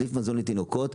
בתחליף מזון לתינוקות,